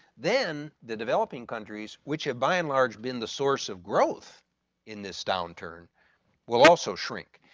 then, the developing countries which have by and large been the source of growth in this downturn will also shrink.